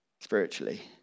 spiritually